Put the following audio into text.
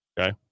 Okay